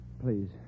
Please